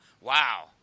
wow